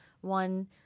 one